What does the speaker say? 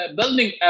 building